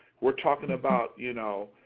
we're talking about, you know,